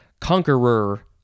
Conqueror